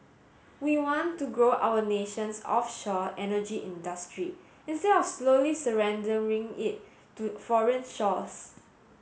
we want to grow our nation's offshore energy industry instead of slowly surrendering it to foreign shores